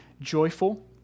joyful